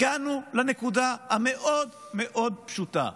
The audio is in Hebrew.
הגענו לנקודה המאוד-מאוד פשוטה,